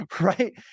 right